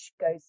goes